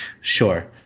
Sure